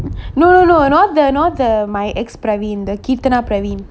no no no not the not the my ex praveen the praveen